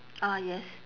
ah yes